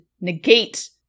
negate